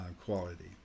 quality